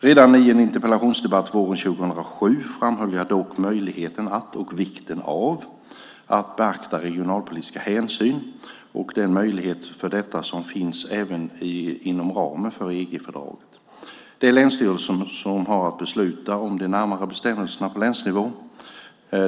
Redan i en interpellationsdebatt våren 2007 framhöll jag dock möjligheten att, och vikten av, att beakta regionalpolitiska hänsyn och den möjlighet för detta som finns även inom ramen för EG-fördraget. Det är länsstyrelserna som har att besluta om de närmare bestämmelserna på länsnivå.